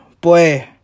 boy